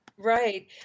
Right